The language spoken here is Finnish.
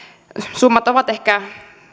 summat ovat ehkä